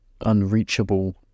unreachable